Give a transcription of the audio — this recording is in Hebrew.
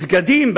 מסגדים,